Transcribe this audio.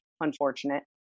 unfortunate